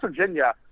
Virginia